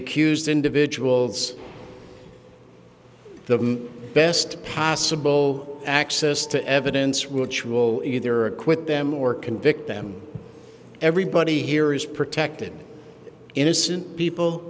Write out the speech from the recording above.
accused individuals the best possible access to evidence which will either acquit them or convict them everybody here is protected innocent people